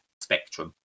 spectrum